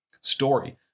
story